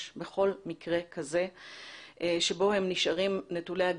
בכל מקרה כזה שבו הם נשארים נטולי הגנה,